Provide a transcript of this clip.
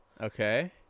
Okay